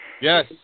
Yes